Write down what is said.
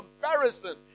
comparison